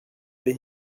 bli